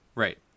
Right